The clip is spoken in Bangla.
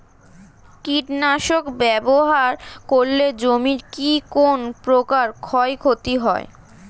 কীটনাশক ব্যাবহার করলে জমির কী কোন প্রকার ক্ষয় ক্ষতি হয়?